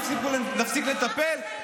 להפסיק לטפל,